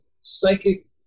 psychic